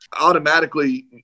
automatically